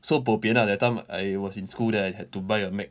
so bo pian lah that time I was in school then I had to buy a mac